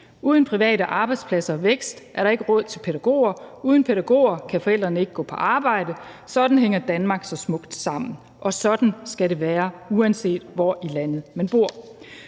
Uden private arbejdspladser og vækst er der ikke råd til pædagoger, uden pædagoger kan forældrene ikke gå på arbejde, og sådan hænger Danmark så smukt sammen, og sådan skal det være, uanset hvor i landet man bor.